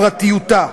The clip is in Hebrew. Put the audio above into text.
פרטיותה.